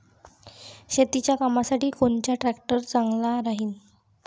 शेतीच्या कामासाठी कोनचा ट्रॅक्टर चांगला राहीन?